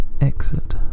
Exit